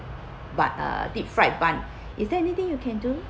bun uh deep fried bun is there anything you can do